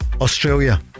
Australia